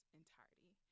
entirety